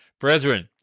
Brethren